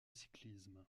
cyclisme